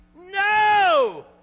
No